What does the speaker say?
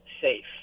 safe